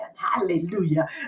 hallelujah